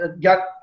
got